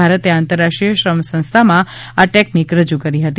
ભારતે આંતરરાષ્ટ્રીય શ્રમ સંસ્થામાં આ ટેકનિક રજુ કરી હતી